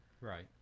Right